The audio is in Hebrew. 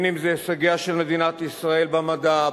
אם הישגיה של מדינת ישראל במדע,